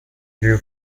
drew